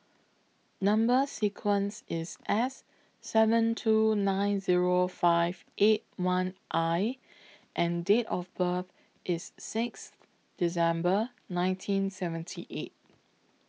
Number sequence IS S seven two nine Zero five eight one I and Date of birth IS six December nineteen seventy eight